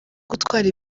gutwara